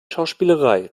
schauspielerei